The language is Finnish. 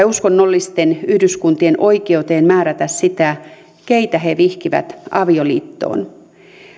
uskonnollisten yhdyskuntien oikeuteen määrätä siitä keitä he vihkivät avioliittoon